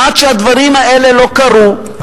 עד שהדברים האלה לא קרו,